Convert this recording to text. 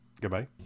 Goodbye